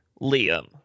Liam